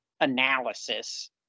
analysis